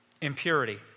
impurity